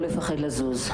לא רק אותי לא ראיתי.